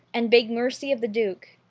and beg mercy of the duke.